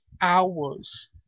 hours